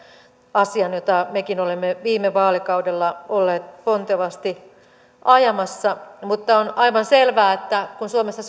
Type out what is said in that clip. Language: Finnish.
asian jota mekin olemme viime vaalikaudella olleet pontevasti ajamassa mutta on aivan selvää että kun suomessa